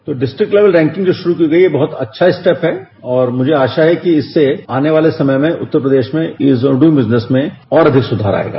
जो district level ranking शुरू की गई है वह बहत अच्छा स्टेप है और मुझे आशा है कि इसमें आने वाले समय में उत्तर प्रदेश में बिजनेस में और भी सुधार आयेगा